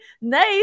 Nice